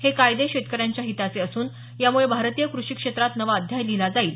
हे कायदे शेतकऱ्यांच्या हिताचे असून यामुळे भारतीय कृषी क्षेत्रांत नवा अध्याय लिहीला जाईल